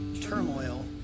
turmoil